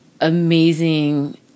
amazing